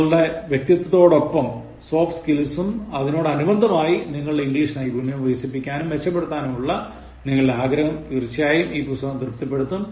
നിങ്ങളുടെ വ്യക്തിത്വത്തോടൊപ്പം സോഫ്റ്റ് സ്കിൽസും അടിനോടനുബന്ധമായി നിങ്ങളുടെ ഇംഗ്ലീഷ് നൈപുണ്യവും വികസിപ്പിക്കാനും മെച്ചപ്പെടുത്താനുമുള്ള നിങ്ങളുടെ ആഗ്രഹം തീർച്ചയായും ഈ പുസ്തകം തൃപ്തിപ്പെടുത്തും